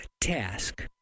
task